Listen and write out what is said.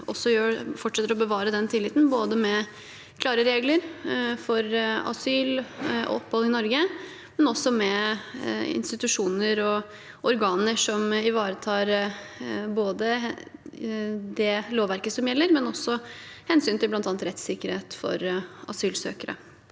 vi fortsetter å bevare den tilliten, både med klare regler for asyl og opphold i Norge og også med institusjoner og organer som ivaretar både det lovverket som gjelder, og hensynet til bl.a. rettssikkerhet for asylsøkere.